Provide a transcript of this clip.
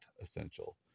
essential